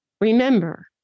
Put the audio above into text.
Remember